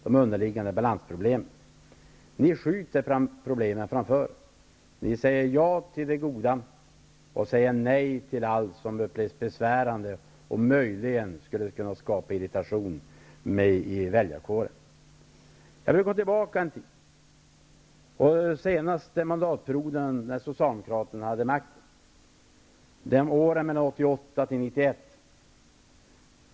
Ni skjuter problemen framför er. Ni säger ja till det goda och säger nej till allt som upplevs som besvärande och som möjligen skulle kunna skapa irritation i väljarkåren. Jag vill gå tillbaka till den senaste mandatperioden när Socialdemokraterna hade makten, åren 1988-- 1991.